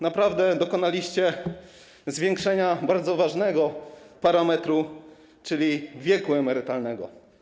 Naprawdę dokonaliście zwiększenia bardzo ważnego parametru, czyli wieku emerytalnego.